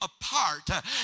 apart